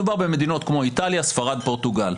מדובר במדינות כמו איטליה, ספרד, פורטוגל.